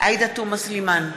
עאידה תומא סלימאן,